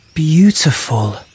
Beautiful